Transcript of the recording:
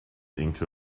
into